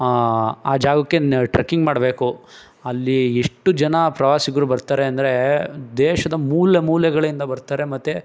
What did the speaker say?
ಆ ಜಾಗಕ್ಕೆ ಟ್ರಕ್ಕಿಂಗ್ ಮಾಡಬೇಕು ಅಲ್ಲಿ ಎಷ್ಟು ಜನ ಪ್ರವಾಸಿಗರು ಬರ್ತಾರೆ ಅಂದರೆ ದೇಶದ ಮೂಲೆ ಮೂಲೆಗಳಿಂದ ಬರ್ತಾರೆ ಮತ್ತು